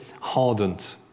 hardened